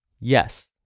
yes